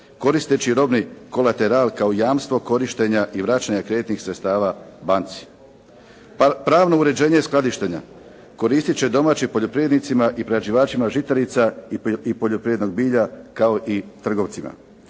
koristeći robni kolateral kao jamstvo korištenja i vraćanja kreditnih sredstava banci. Pravno uređenje skladištenja koristiti će domaćim poljoprivrednicima i prerađivačima žitarica i poljoprivrednog bilja kao i trgovcima.